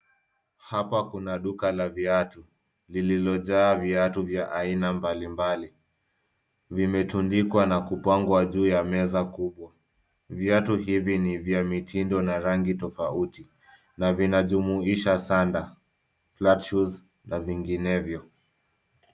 Hapa kuna duka la viatu lililojaa viatu vya aina mbalimbali . Vimetundikwa na kupangwa juu ya meza kubwa. Viatu hivi ni vya mitindo na rangi tofauti na vinajumuisha sanda , flat shoes na vinginevyo.